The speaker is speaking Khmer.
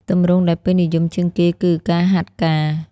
ទម្រង់ដែលពេញនិយមជាងគេគឺ ការហាត់ការ។